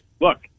Look